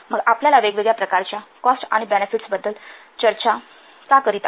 मग आपण वेगवेगळ्या प्रकारच्या कॉस्ट आणि बेनेफिट्स बद्दल चर्चा का करीत आहोत